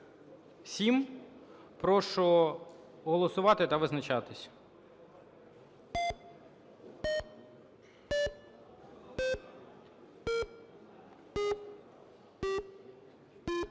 Прошу голосувати та визначатись.